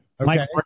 Okay